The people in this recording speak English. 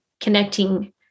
connecting